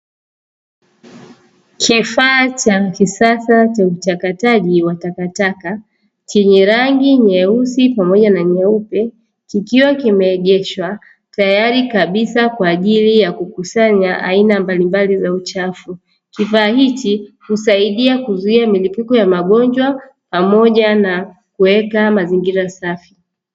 Kifaa cha kisasa cha uchakataji wa takataka, chenye rangi nyeusi pamoja na nyeupe, kikiwa kimeegeshwa tayari kabisa kwaaji ya kukusanya aina mbalimbali za uchafu, kifaa hichi husaidia kuzuia milipuko ya magonjwa pamoja na kuweka mazingira safi.